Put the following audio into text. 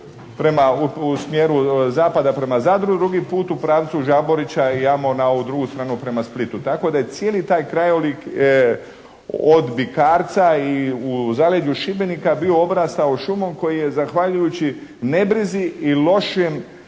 u smjeru zapada prema Zadru, drugi puta u pravcu Žaborića i amo na ovu drugu stranu prema Splitu. Tako da je cijeli taj krajolik od Bikarca i u zaleđu Šibenika bio obrastao šumom koji je zahvaljujući nebrizi i lošem